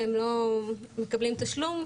שהם לא מקבלים תשלום,